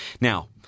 Now